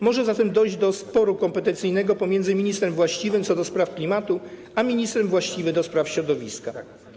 Może zatem dojść do sporu kompetencyjnego pomiędzy ministrem właściwym do spraw klimatu a ministrem właściwym do spraw środowiska.